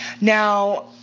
Now